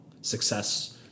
success